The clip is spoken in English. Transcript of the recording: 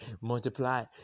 multiply